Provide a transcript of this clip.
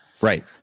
Right